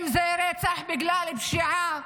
אם זה רצח בגלל פשיעה,